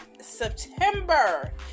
September